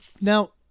Now